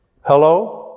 Hello